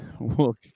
look